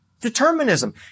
Determinism